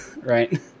Right